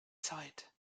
zeit